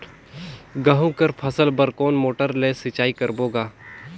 गहूं कर फसल बर कोन मोटर ले सिंचाई करबो गा?